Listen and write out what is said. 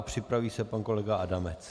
Připraví se pan kolega Adamec.